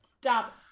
Stop